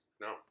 no